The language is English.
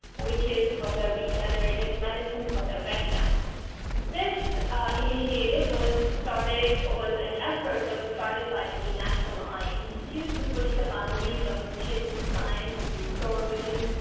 which is for the regenerative regenerative medicine for the retina. this initiative was started was an effort that was started by the national eye institute to push the boundaries of vision science and restore vision.